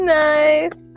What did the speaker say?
nice